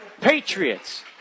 Patriots